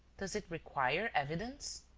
does it require evidence?